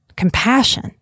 compassion